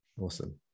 Awesome